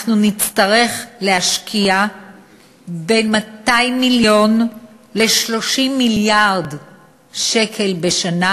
אנחנו נצטרך להשקיע בין 200 מיליון ל-30 מיליארד שקל בשנה,